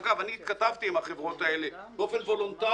אגב, אני התכתבתי עם החברות האלה באופן וולונטרי.